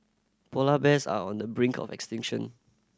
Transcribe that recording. polar bears are on the brink of extinction